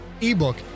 ebook